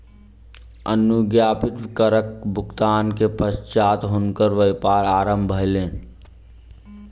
अनुज्ञप्ति करक भुगतान के पश्चात हुनकर व्यापार आरम्भ भेलैन